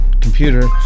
computer